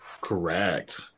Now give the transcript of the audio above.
Correct